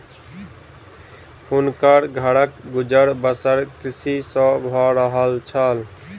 हुनकर घरक गुजर बसर कृषि सॅ भअ रहल छल